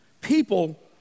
People